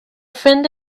friend